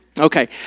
Okay